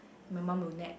my mum will nag